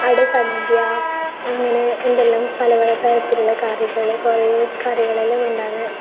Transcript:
ആടെ സദ്യ അങ്ങനെ ഇന്തെല്ലാം പല പല തരത്തിലുള്ള കറികൾ കുറെ കറികളെല്ലാം ഇണ്ടാന്ന്